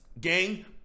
gang